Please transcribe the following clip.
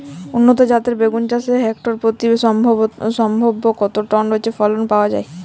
উন্নত জাতের বেগুন চাষে হেক্টর প্রতি সম্ভাব্য কত টন ফলন পাওয়া যায়?